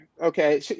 Okay